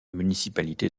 municipalité